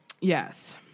Yes